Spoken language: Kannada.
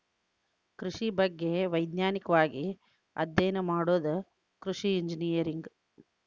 ಕೃಷಿ ಬಗ್ಗೆ ವೈಜ್ಞಾನಿಕವಾಗಿ ಅಧ್ಯಯನ ಮಾಡುದ ಕೃಷಿ ಇಂಜಿನಿಯರಿಂಗ್